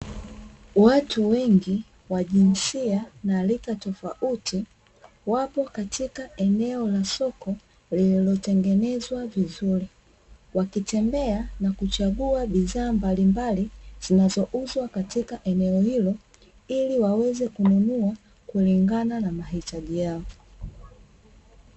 Watu wengi wa jinsia na rika tofautitofauti wapo katika eneo la soko liliotengenezwa vizuri, wakitembea na kuchagua bidhaa mbalimbali zinazouzwa katika eneo hilo ili waweze kununua kulingana na mahitaji yao.